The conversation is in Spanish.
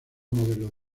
modelos